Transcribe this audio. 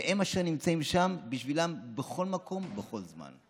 והם אשר נמצאים שם בשבילם בכל מקום ובכל זמן.